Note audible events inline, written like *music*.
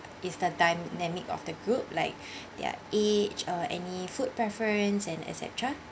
is the dinamic of the group like *breath* their age uh any food preference and etcetra